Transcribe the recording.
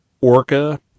Orca